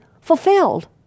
fulfilled